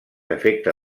efecte